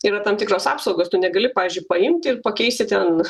yra tam tikros apsaugos tu negali pavyzdžiui paimti ir pakeisti ten